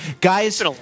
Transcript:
guys